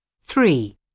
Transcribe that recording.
three